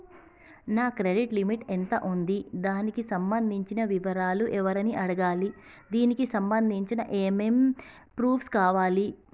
నా credit limit ఎంత ఉంది? దానికి సంబంధించిన వివరాలు ఎవరిని అడగాలి? దానికి సంబంధించిన ఏమేం ప్రూఫ్స్ కావాలి?